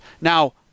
Now